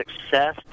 success